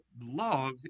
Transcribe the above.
love